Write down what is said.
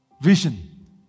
Vision